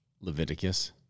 Leviticus